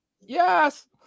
yes